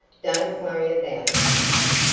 don't worry about it, monty.